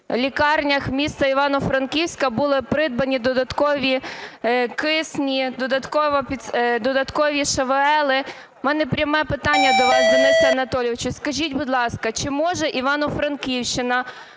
лікарнях міста Івано-Франківська були придбані додаткові кисні, додаткові ШВЛ. В мене пряме питання до вас, Денисе Анатолійовичу. Скажіть, будь ласка, чи може Івано-франківщина